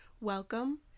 welcome